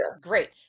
Great